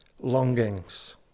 longings